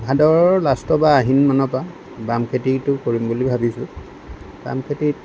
আৰু ভাদৰ লাষ্টৰ পৰা বা আহিন মানৰ পৰা বাম খেতিটো কৰিম বুলি ভাবিছোঁ বামখেতিত